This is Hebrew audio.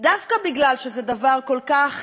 דווקא מפני שזה דבר כל כך,